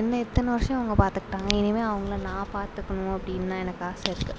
என்னை இத்தனை வருடம் அவங்க பார்த்துக்குட்டாங்க இனிமேல் அவங்கள நான் பார்த்துக்கணும் அப்படினு தான் எனக்கு ஆசை இருக்குது